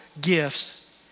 gifts